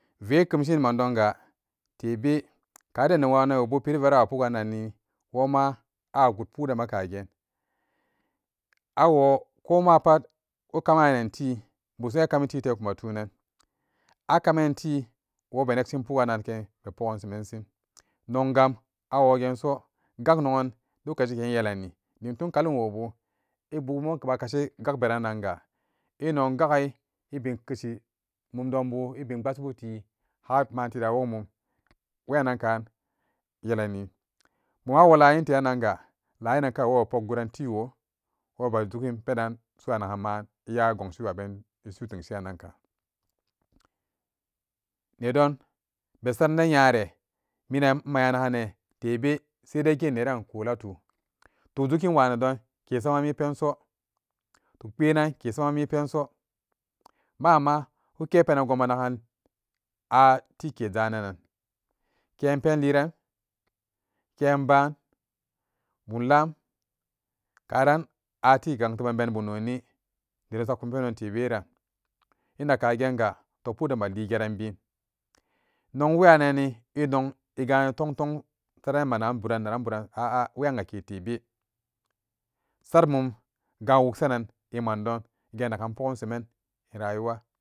Vekemshin a nedonga tebe kaden ne nwanenwobu perivara wa pukganoni woma abagot puk do na kagen awokoma pat akaman te gusakamte ga samen penebepukgan semenshin nokga awogeso gak nowan locaceke yelani detom kalumwobu ibumu bakoshi gak nonanga inon gagai ibe keshi mom dombu iben gmba shi bu te har te dawok mum wexananka xelani buman laxin lexananga laxinan kak wobu be puk gurantewo wobe zugenpenan so a naganma ixa. nedone be saranan nyare menan axa nagane. Toh zugen wanedom kesamami pen so toc keran kesamami pen so mama ku kepean gomanagan a take zananan kenpapleran kenban bumlam karan aleke ne meban bum noni nedomsakon pendon teberan inakkagen ga toh pukdem beligeran ben nok wena anni sat mum gan woksadon emandonga genagan dukgumseme arayuwa.